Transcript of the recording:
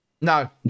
No